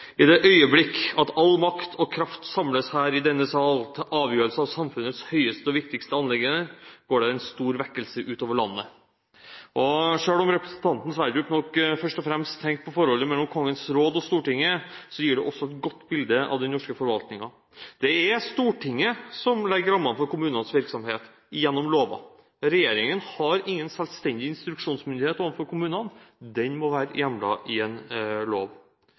og Kraft samles her i denne Sal til Afgjørelse af Samfundets høieste og vigtigste Anliggender, gaar der en stor Vækkelse ud over Landet.» Selv om representanten Sverdrup nok først og fremst tenkte på forholdet mellom Kongens råd og Stortinget, gir dette også et godt bilde av den norske forvaltningen. Det er Stortinget som legger rammene for kommunenes virksomhet gjennom lovene. Regjeringen har ingen selvstendig instruksjonsmyndighet overfor kommunene. Den må være hjemlet i en lov.